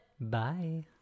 Bye